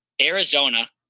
Arizona